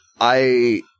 I-